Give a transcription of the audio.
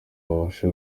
babashe